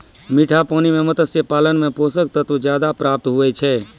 मीठा पानी मे मत्स्य पालन मे पोषक तत्व ज्यादा प्राप्त हुवै छै